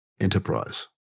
enterprise